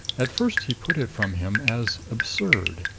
at first he put it from him as absurd,